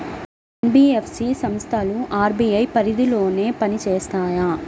NBFC సంస్థలు RBI పరిధిలోనే పని చేస్తాయా?